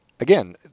Again